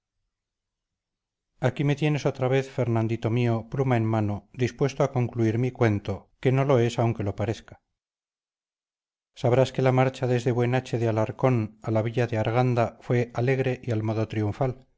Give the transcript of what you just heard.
aquí me tienes otra vez fernandito mío pluma en mano dispuesto a concluir mi cuento que no lo es aunque lo parezca sabrás que la marcha desde buenache de alarcón a la villa de arganda fue alegre y al modo triunfal